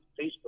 Facebook